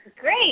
Great